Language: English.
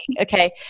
Okay